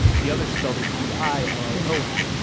the other spelled it d i l l o n.